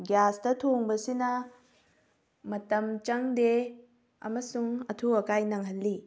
ꯒ꯭ꯌꯥꯁꯇ ꯊꯣꯡꯕꯁꯤꯅ ꯃꯇꯝ ꯆꯪꯗꯦ ꯑꯃꯁꯨꯡ ꯑꯊꯨ ꯑꯀꯥꯏ ꯅꯪꯍꯜꯂꯤ